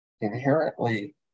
inherently